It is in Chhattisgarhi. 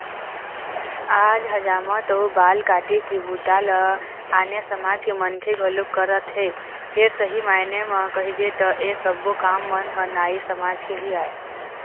आज हजामत अउ बाल काटे के बूता ल आने समाज के मनखे घलोक करत हे फेर सही मायने म कहिबे त ऐ सब्बो काम मन ह नाई समाज के ही आय